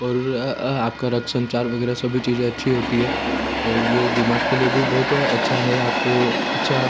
और आपका रक्त संचार वगैरह सभी चीज़ें अच्छी होती है और ये दिमाग के लिए भी बहुत अच्छा है आपको अच्छा